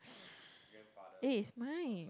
eh it's mine